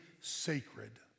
Sacred